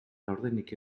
laurdenik